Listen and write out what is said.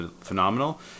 phenomenal